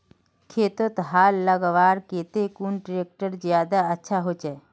खेतोत हाल लगवार केते कुन ट्रैक्टर ज्यादा अच्छा होचए?